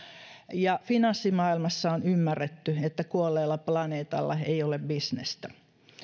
ja finanssimaailmassa on ymmärretty että kuolleella planeetalla ei ole bisnestä